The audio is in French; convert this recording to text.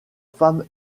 femme